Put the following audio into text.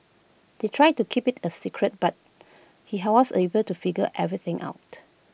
they tried to keep IT A secret but he was able to figure everything out